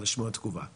כ"ט בשבט התשפ"ב,